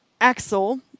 Axel